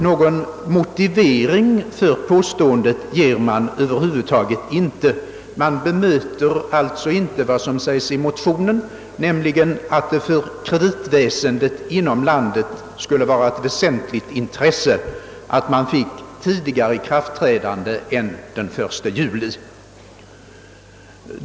Någon motivering för detta påstående ges över huvud taget inte; man bemöter alltså inte vad som härvidlag sägs i motionerna, nämligen att det för kreditväsendet inom vårt land skulle vara ett väsentligt intresse att lagarna trädde i kraft tidigare än den 1 juli.